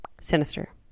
sinister